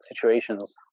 situations